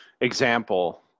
example